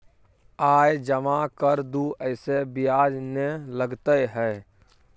आय जमा कर दू ऐसे ब्याज ने लगतै है?